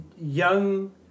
young